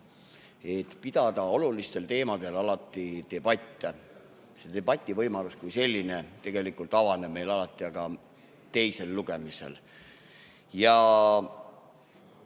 pidada olulistel teemadel alati debatte. Debati võimalus kui selline tegelikult avaneb meil alati aga teisel lugemisel.